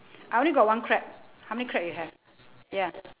I only got one crab how many crab you have ya